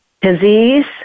Disease